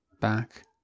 back